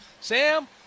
Sam